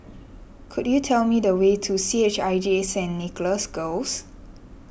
could you tell me the way to C H I J Saint Nicholas Girls